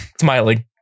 smiling